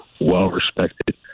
well-respected